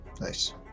nice